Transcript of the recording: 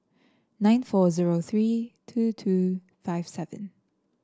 nine four Hubbard three two two five seven